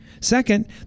Second